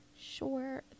Sure